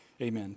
Amen